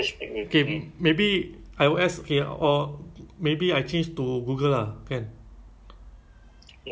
actually that one bagus [tau] pasal you like eh !hey! google then the you can play spotify